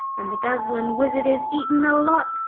and the guzzlin' wizard is eatin' the lot,